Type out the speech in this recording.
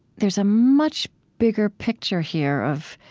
there's a much bigger picture here of